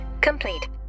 complete